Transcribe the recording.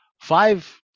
five